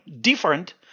Different